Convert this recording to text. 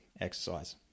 exercise